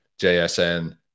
JSN